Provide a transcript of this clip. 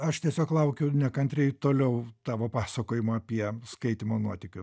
aš tiesiog laukiu nekantriai toliau tavo pasakojimo apie skaitymo nuotykius